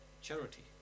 charity